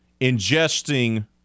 ingesting